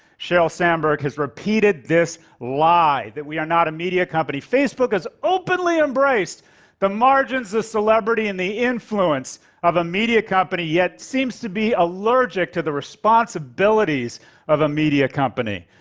sheryl sandberg has repeated this lie, that we are not a media company. facebook has openly embraced the margins of celebrity and the influence of a media company yet seems to be allergic to the responsibilities of a media company.